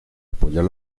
apoyar